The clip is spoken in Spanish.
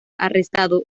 arrestado